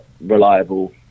reliable